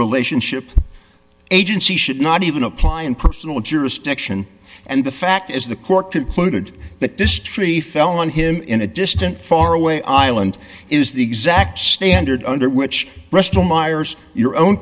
relationship agency should not even apply in personal jurisdiction and the fact is the court concluded that this tree fell on him in a distant far away island is the exact standard under which rest will meyers your own